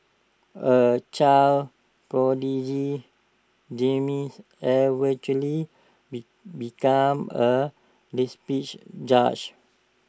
A child prodigy eventually be became A judge